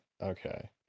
Okay